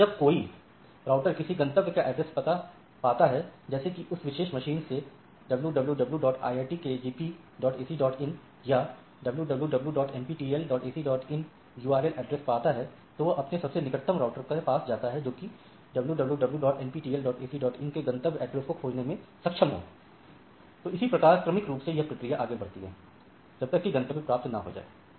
अतः जब कोई राउटर किसी गंतव्य का एड्रेस पाता है जैसे कि इस विशेष मशीन से wwwiitkgpacin या wwwnptelacin url ऐड्रेस पाता है तो यह अपने सबसे निकटतम राउटर के पास जाता है जो कि wwwnptelacin के गंतव्य एड्रेस को खोजने में सक्षम हो और इसी प्रकार क्रमिक रूप से यह प्रक्रिया आगे बढ़ती रहती है जब तक की गंतव्य प्राप्त ना हो जाए